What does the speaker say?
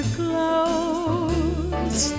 close